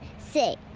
say,